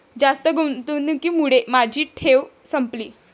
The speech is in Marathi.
जास्त गुंतवणुकीमुळे माझी ठेव संपली